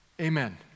Amen